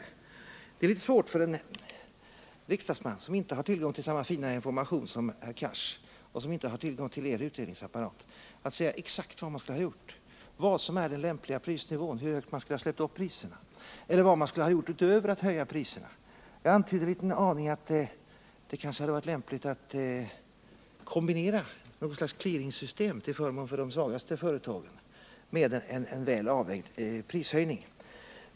Men det är naturligtvis litet svårt för en riksdagsledamot, som inte har tillgång till samma fina information som herr Cars och som inte har tillgång till er utredningsapparat, att säga exakt vad man skulle ha gjort, vilken prisnivå som skulle varit den lämpligaste, hur högt man skulle ha släppt upp priserna eller vad man skulle ha gjort utöver att höja priserna. Jag gjorde en liten antydan om att det kanske hade varit lämpligt att kombinera något slags clearingsystem till förmån för de svagaste företagen med en väl avvägd prishöjning.